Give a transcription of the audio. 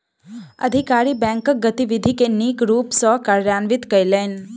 अधिकारी बैंकक गतिविधि के नीक रूप सॅ कार्यान्वित कयलैन